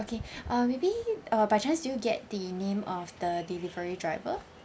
okay uh maybe uh by chance did you get the name of the delivery driver